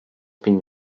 been